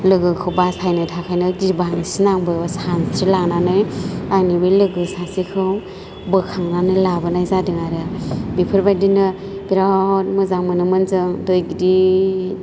लोगोखौ बासायनो थाखायनो गिबांसिन आंबो सानस्रि लांनानै आंनि बे लोगो सासेखौ बोखांनानै लाबोनाय जादों आरो बेफोरबायदिनो बिराद मोजां मोनोमोन जों दै गिदिर